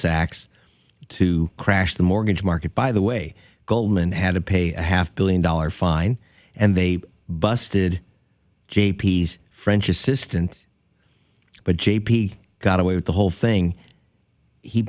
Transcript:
sachs to crash the mortgage market by the way goldman had to pay a half billion dollar fine and they busted j p s french assistant but j p got away with the whole thing he